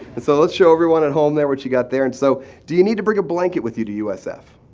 and so let's show everyone at home there what you got that and so do you need to bring a blanket with you to usf?